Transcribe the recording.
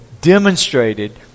demonstrated